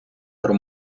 про